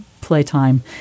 playtime